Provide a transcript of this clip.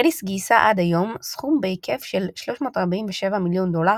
רדיס גייסה עד היום סכום בהיקף של 347 מיליון דולר,